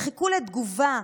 וחיכו לתגובה,